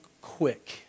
quick